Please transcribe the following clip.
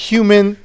Human